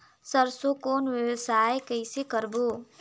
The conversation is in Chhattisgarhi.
सरसो कौन व्यवसाय कइसे करबो?